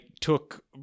took